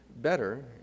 better